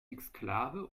exklave